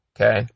Okay